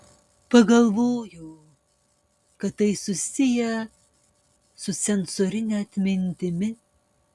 pagalvojo kad tai susiję su sensorine atmintimi